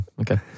Okay